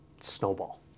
snowball